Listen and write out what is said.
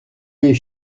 les